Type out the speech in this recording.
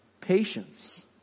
patience